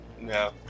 no